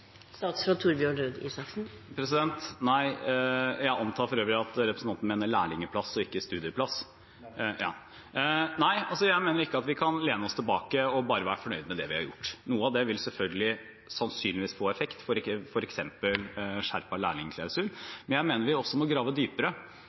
Nei – jeg antar for øvrig at representanten mener lærlingplass og ikke studieplass – jeg … Ja, eg meiner lærlingplass. … mener ikke at vi kan lene oss tilbake og bare være fornøyd med det vi har gjort. Noe av det vil sannsynligvis få effekt,